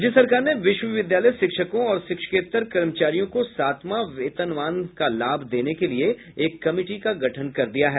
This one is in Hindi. राज्य सरकार ने विश्वविद्यालय शिक्षकों और शिक्षकेत्तर कर्मचारियों को सातवां वेतनमान का लाभ देने के लिए एक कमिटी का गठन कर दिया है